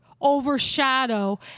overshadow